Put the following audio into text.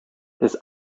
his